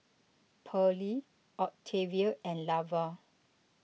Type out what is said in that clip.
Pearley Octavia and Lavar